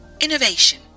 innovation